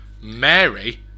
Mary